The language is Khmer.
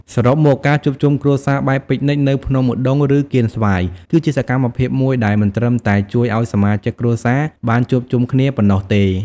សរុបមក ការជួបជុំគ្រួសារបែបពិកនិចនៅភ្នំឧដុង្គ ឬកៀនស្វាយ គឺជាសកម្មភាពមួយដែលមិនត្រឹមតែជួយឲ្យសមាជិកគ្រួសារបានជួបជុំគ្នាប៉ុណ្ណោះទេ។